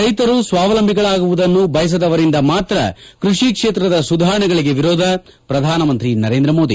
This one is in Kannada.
ರೈತರು ಸ್ವಾವಲಂಬಿಗಳಾಗುವುದನ್ನು ಬಯಸದವರಿಂದ ಮಾತ್ರ ಕೃಷಿ ಕ್ಷೇತ್ರದ ಸುಧಾರಣೆಗಳಿಗೆ ವಿರೋಧ ಪ್ರಧಾನಮಂತ್ರಿ ನರೇಂದ್ರಮೋದಿ